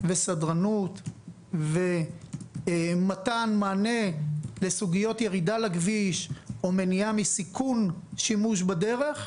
סדרנות ומתן מענה לסוגיות ירידה לכביש או מניעה מסיכון שימוש בדרך,